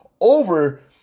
over